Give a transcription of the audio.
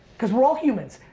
cause we're all humans.